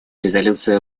резолюция